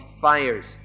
fires